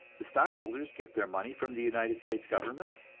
the stockholders get their money from the united states government,